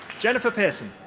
jennifer pearson.